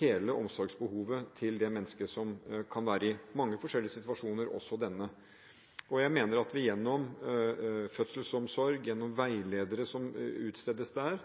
hele omsorgsbehovet til det mennesket som kan være i mange forskjellige situasjoner, også denne. Jeg mener at vi gjennom fødselsomsorg, gjennom veiledere som utstedes der,